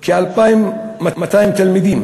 כ-2,200 תלמידים,